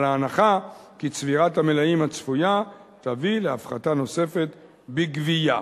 וההנחה כי צבירת המלאים הצפויה תביא להפחתה נוספת בגבייה.